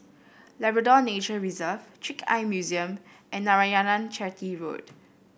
Labrador Nature Reserve Trick Eye Museum and Narayanan Chetty Road